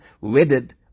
wedded